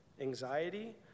anxiety